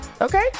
Okay